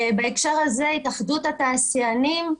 בהקשר הזה, התאחדות התעשיינים,